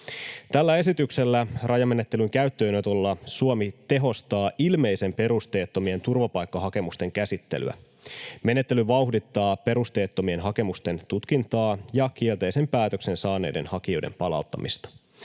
Tällä esityksellä, rajamenettelyn käyttöönotolla, Suomi tehostaa ilmeisen perusteettomien turvapaikkahakemusten käsittelyä. Menettely vauhdittaa perusteettomien hakemusten tutkintaa ja kielteisen päätöksen saaneiden hakijoiden palauttamista.